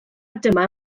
dyma